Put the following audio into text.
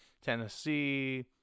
Tennessee